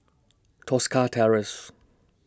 Tosca Terrace